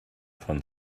von